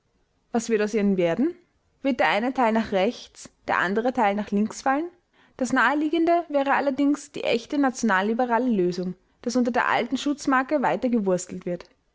was wird aus ihr werden wird der eine teil nach rechts der andere teil nach links fallen das naheliegende wäre allerdings die echt nationalliberale lösung daß unter der alten schutzmarke weiter gewurstelt wird